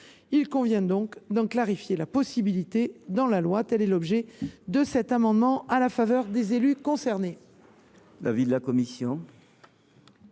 Il convient donc d’en clarifier la possibilité dans la loi. Tel est l’objet de cet amendement, au bénéfice des élus concernés.